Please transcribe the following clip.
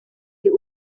die